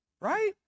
Right